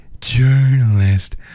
journalist